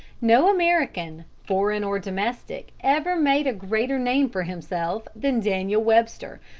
no american, foreign or domestic, ever made a greater name for himself than daniel webster,